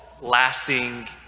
lasting